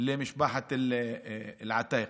למשפחת אל-עתאיקה.